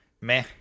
Meh